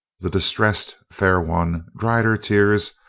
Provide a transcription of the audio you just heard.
the distressed fair one dried her tears,